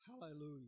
Hallelujah